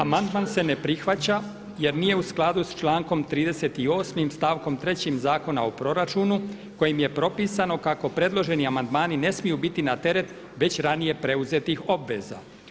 Amandman se ne prihvaća jer nije u skladu s člankom 38. stavkom 3. Zakona o proračunu kojim je propisano kako predloženi amandmani ne smiju biti na teret već ranije preuzetih obveza.